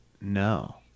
No